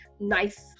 nice